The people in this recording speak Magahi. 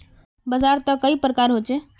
बाजार त कई प्रकार होचे?